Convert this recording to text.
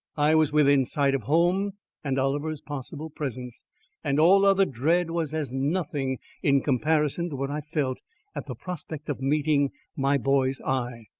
i was within sight of home and oliver's possible presence and all other dread was as nothing in comparison to what i felt at the prospect of meeting my boy's eye.